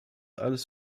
alles